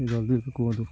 ଜଲ୍ଦି କୁହନ୍ତୁ